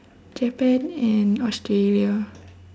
japan and australia